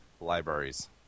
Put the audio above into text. libraries